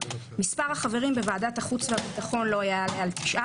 מס' החברים בוועדת החוץ והביטחון לא יעלה על 19,